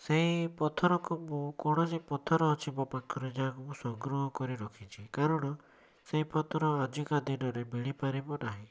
ସେଇ ପଥର କୁ ମୁଁ କୌଣସି ପଥର ଅଛି ମୋ ପାଖରେ ଯାହାକୁ ମୁଁ ସଂଗ୍ରହ କରି ରଖିଛି କାରଣ ସେଇ ପଥର ଆଜିକା ଦିନରେ ମିଳି ପାରିବ ନାହିଁ